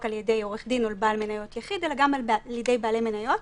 על-ידי עורך דין או בעל מניות יחיד אלא גם על-ידי בעלי מניות